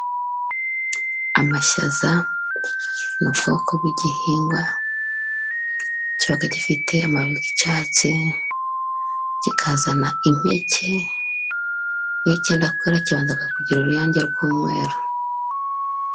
Amashyaza ni ubwoko bw'igihingwa, kiba gifite amababi y'icyatsi, kikazana impeke, iyo cyenda kwera kibanza kugira uruyange rw'umweru.